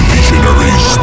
Visionaries